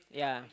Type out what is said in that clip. yeah